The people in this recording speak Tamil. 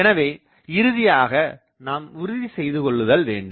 எனவே இறுதியாக நாம் உறுதி செய்துகொள்ளுதல் வேண்டும்